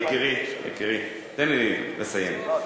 יקירי, תן לי לסיים.